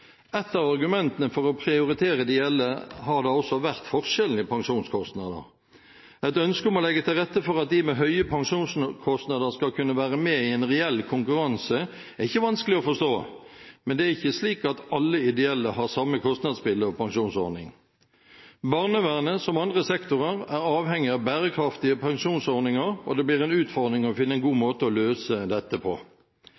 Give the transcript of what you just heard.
Et av argumentene for å prioritere de ideelle har da også vært forskjellen i pensjonskostnader. Et ønske om å legge til rette for at de med høye pensjonskostnader skal kunne være med i en reell konkurranse, er ikke vanskelig å forstå, men det er ikke slik at alle ideelle har samme kostnadsbilde og pensjonsordning. Barnevernet – som andre sektorer – er avhengig av bærekraftige pensjonsordninger, og det blir en utfordring å finne en god